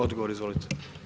Odgovor, izvolite.